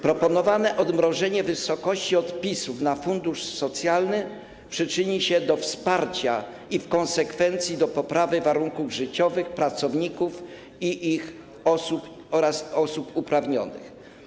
Proponowane odmrożenie wysokości odpisów na fundusze socjalne przyczyni się do wsparcia i w konsekwencji do poprawy warunków życiowych pracowników i innych osób uprawnionych.